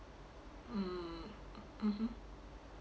mm mmhmm